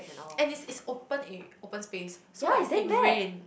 and it's it's open air open space so like it rained